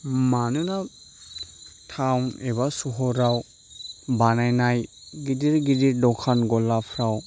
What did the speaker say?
मानोना थाउन एबा सहराव बानायनाय गिदिर गिदिर दखान गलाफ्राव